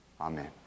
Amen